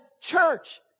church